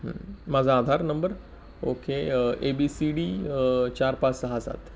माझा Aadhaar number okay A B C D चार पाच सहा सात